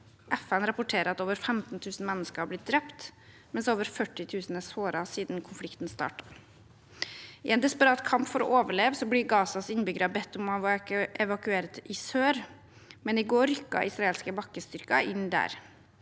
FN rapporterer at over 15 000 mennesker har blitt drept, mens over 40 000 er såret siden konflikten startet. I en desperat kamp for å overleve blir Gazas innbyggere bedt om å evakuere til sør, men i går rykket israelske bakkestyrker inn der.